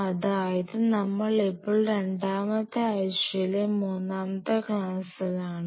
അതായത് നമ്മൾ ഇപ്പോൾ രണ്ടാമത്തെ ആഴ്ചയിലെ മൂന്നാമത്തെ ക്ലാസിലാണ് W2L3